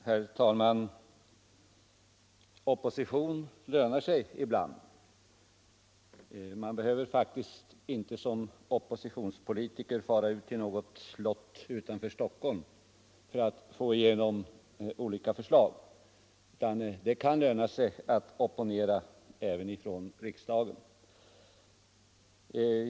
Herr talman! Opposition lönar sig ibland. Man behöver faktiskt inte som oppositionspolitiker fara ut till något slott utanför Stockholm för att få igenom olika förslag utan det kan löna sig att opponera även i riksdagen.